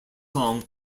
song